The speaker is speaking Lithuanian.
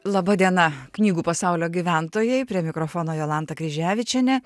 laba diena knygų pasaulio gyventojai prie mikrofono jolanta kryževičienė